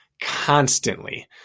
constantly